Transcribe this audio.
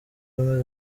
ubumwe